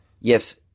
Yes